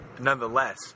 nonetheless